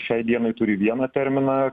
šiai dienai turi vieną terminą